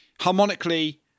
harmonically